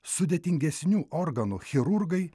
sudėtingesnių organų chirurgai